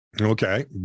Okay